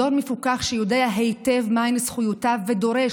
דור מפוכח שיודע היטב מהן זכויותיו ודורש,